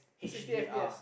sixty F_B_S